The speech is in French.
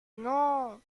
non